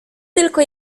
tylko